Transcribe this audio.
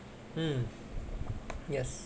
mm yes